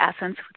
essence